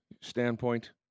standpoint